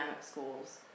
schools